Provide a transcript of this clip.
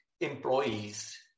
employees